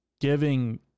giving